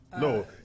No